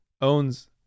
owns